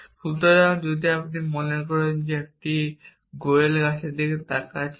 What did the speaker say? সুতরাং যদি আপনি মনে করেন যখন আপনি একটি গোয়েল গাছের দিকে তাকাচ্ছেন